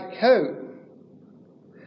coat